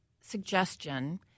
suggestion